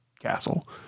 castle